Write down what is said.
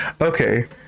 Okay